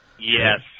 yes